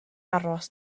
aros